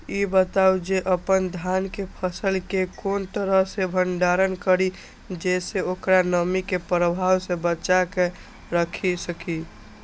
ई बताऊ जे अपन धान के फसल केय कोन तरह सं भंडारण करि जेय सं ओकरा नमी के प्रभाव सं बचा कय राखि सकी?